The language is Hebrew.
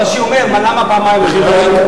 רש"י אומר: למה פעמיים "עזוב"?